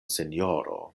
sinjoro